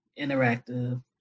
interactive